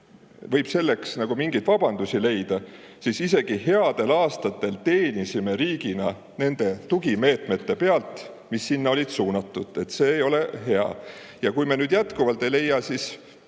võib sellele mingeid vabandusi leida, aga isegi headel aastatel teenis riik nende tugimeetmete pealt, mis sinna olid suunatud. See ei ole hea. Ja kui me nüüd jätkuvalt [seda